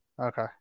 Okay